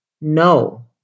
No